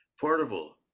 portable